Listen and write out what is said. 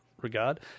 regard